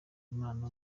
imana